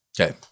Okay